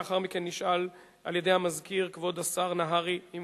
לאחר מכן נשאל על-ידי המזכיר כבוד השר נהרי אם